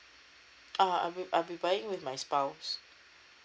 ah I will I will be buying with my spouse